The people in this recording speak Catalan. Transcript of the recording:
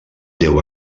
deu